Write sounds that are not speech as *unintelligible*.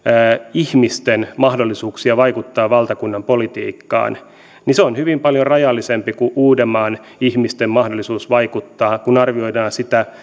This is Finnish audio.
ihmisten mahdollisuuksia vaikuttaa valtakunnanpolitiikkaan niin se on hyvin paljon rajallisempi kuin uudenmaan ihmisten mahdollisuus vaikuttaa kun arvioidaan sitä *unintelligible*